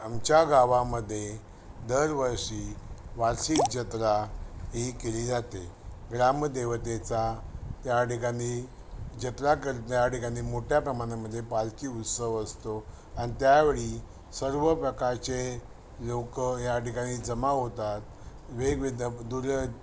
आमच्या गावामध्ये दरवर्षी वार्षिक जत्रा ही केली जाते ग्रामदेवतेचा त्याठिकाणी जत्रा कर त्याठिकाणी मोठ्या प्रमाणामध्ये पालखी उत्सव असतो आणि त्यावेळी सर्व प्रकारचे लोक याठिकाणी जमा होतात वेगवेगळ्या दूर